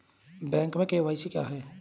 Bank में KYC क्या है?